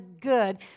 good